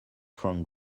front